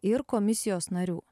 ir komisijos narių